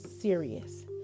serious